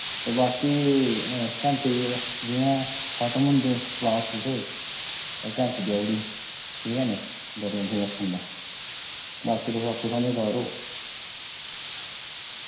ते बाकी घैंटी जि'यां खत्म होंदे क्लास कुसै ते घैंटी देऊड़ी ठीक ऐ नी जदूं तुसें आक्खन बाकी तुस आपूं समझदार ओ